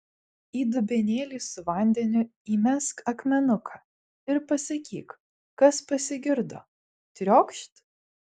į dubenėlį su vandeniu įmesk akmenuką ir pasakyk kas pasigirdo triokšt